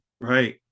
right